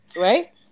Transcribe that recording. right